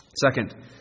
Second